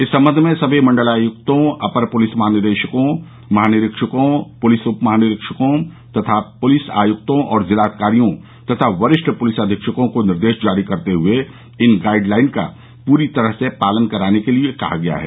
इस संबंध में सभी मंडलायुक्तों अपर पुलिस महानिदेशकों महानिरीक्षकों पुलिस उप महानिरीक्षकों तथा पुलिस आयुक्तों और जिलाधिकारियों तथा वरिष्ठ पुलिस अधीक्षकों को निर्देश जारी करते हुए इन गाइड लाइन का पूरी तरह से पालन कराने के लिये कहा गया है